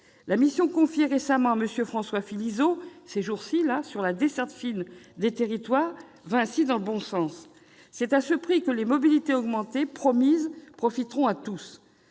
La mission confiée récemment à M. François Philizot sur la desserte fine des territoires va ainsi dans le bon sens. C'est à ce prix que la « mobilité augmentée » promise profitera à tous.